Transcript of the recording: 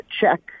check